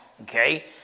okay